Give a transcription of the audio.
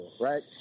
right